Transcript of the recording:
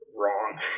wrong